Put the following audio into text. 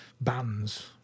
bands